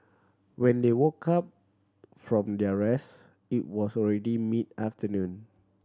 when they woke up from their rest it was already mid afternoon